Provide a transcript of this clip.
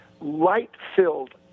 light-filled